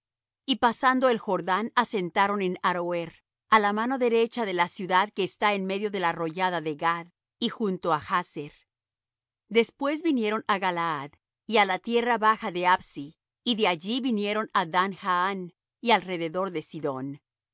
y pasando el jordán asentaron en aroer á la mano derecha de la ciudad que está en medio de la arroyada de gad y junto á jazer después vinieron á galaad y á la tierra baja de absi y de allí vinieron á dan jaán y alrededor de sidón